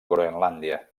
groenlàndia